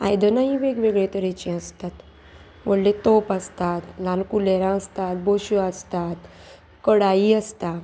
आयदनां ही वेगवेगळे तरेचे आसतात व्हडले तोप आसतात ल्हान कुलेरा आसतात बश्यो आसतात कडाई आसता